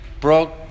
broke